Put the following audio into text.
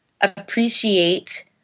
appreciate